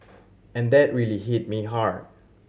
and that really hit me hard